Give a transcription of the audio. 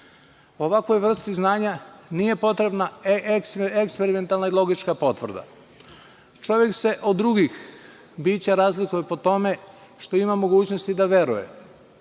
vrsti znanja nije potrebna eksperimentalna i logička potvrda. Čovek se od drugih bića razlikuje po tome što ima mogućnosti da veruje.